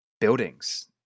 buildings